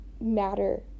matter